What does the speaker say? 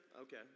Okay